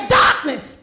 darkness